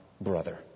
brother